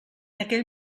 aquell